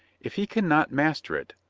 if he can not master it,